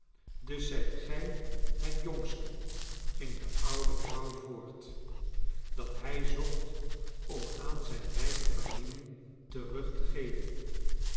zijt gij het jongske ging de oude vrouw voort dat hij zocht om aan zijn rijke familie terug te geven